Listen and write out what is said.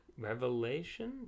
Revelation